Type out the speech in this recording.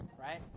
right